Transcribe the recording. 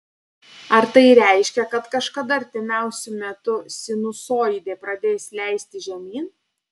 ar tai reiškia kad kažkada artimiausiu metu sinusoidė pradės leistis žemyn